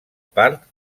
part